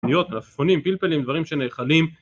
עגבניות, מלפפונים, פלפלים, דברים שנאכלים